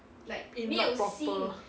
not proper